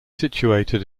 situated